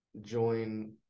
join